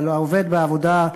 אבל העובד בעבודה,